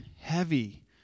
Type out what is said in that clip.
heavy